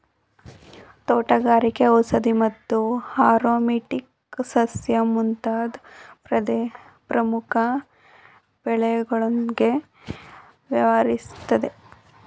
ತೋಟಗಾರಿಕೆ ಔಷಧಿ ಮತ್ತು ಆರೊಮ್ಯಾಟಿಕ್ ಸಸ್ಯ ಮುಂತಾದ್ ಪ್ರಮುಖ ಬೆಳೆಗಳೊಂದ್ಗೆ ವ್ಯವಹರಿಸುತ್ತೆ